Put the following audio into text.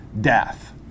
death